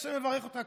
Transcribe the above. ה' יברך אותך,